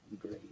great